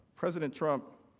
president trump